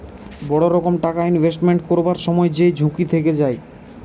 বড় রকম টাকা ইনভেস্টমেন্ট করবার সময় যেই ঝুঁকি থেকে যায়